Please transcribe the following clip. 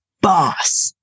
Boss